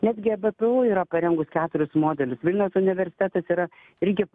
netgi ebpu yra parengus keturis modelius vilniaus universitetas yra irgi